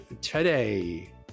today